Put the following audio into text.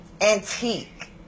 antique